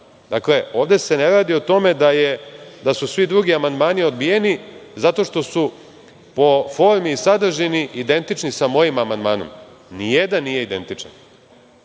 naglasim. Ovde se ne radi o tome da su svi drugi amandmani odbijeni zato što su po formi i sadržini identični sa molim amandmanom. Nijedan nije identičan. Kao